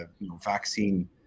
vaccine